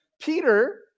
Peter